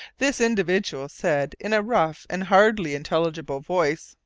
this individual said, in a rough and hardly intelligible voice